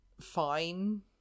fine